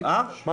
אתה